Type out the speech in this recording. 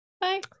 Bye